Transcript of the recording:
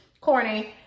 Corny